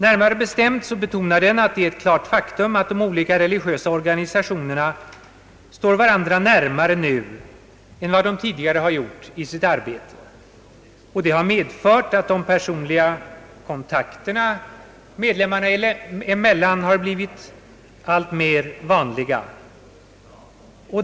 Närmare bestämt betonar motionen att det utgör ett kiart faktum att de olika religiösa organisationerna står varandra närmare nu än de tidigare gjort i sitt arbete. Detta har medfört att de personliga kontakterna mellan medlemmarna har blivit alltmer vanliga.